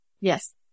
Yes